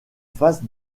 face